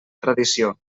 tradició